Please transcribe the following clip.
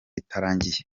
itarangiye